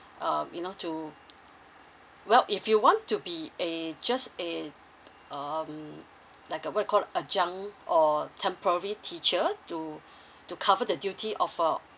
um you know to well if you want to be a just a um like a word called a junk or temporary teachers to to cover the duty of a